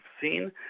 seen